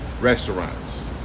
restaurants